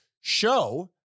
show